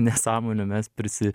nesąmonių mes prisi